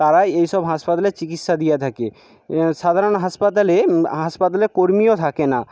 তারাই এইসব হাসপাতালে চিকিৎসা দিয়ে থাকে সাধারণ হাসপাতালে হাসপাতালে কর্মীও থাকে না